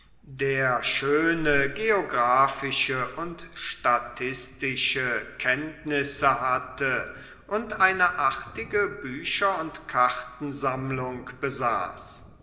der schöne geographische und statistische kenntnisse hatte und eine artige bücher und kartensammlung besaß